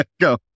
go